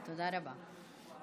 תודה רבה.